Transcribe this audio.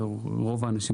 ברוב האנשים.